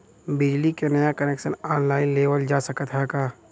बिजली क नया कनेक्शन ऑनलाइन लेवल जा सकत ह का?